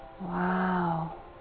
Wow